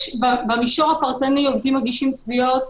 במישור הפרטני עובדים מגישים תביעות,